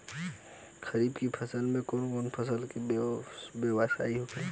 खरीफ की फसल में कौन कौन फसल के बोवाई होखेला?